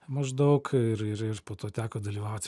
maždaug ir ir ir po to teko dalyvauti